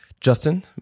Justin